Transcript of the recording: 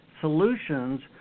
solutions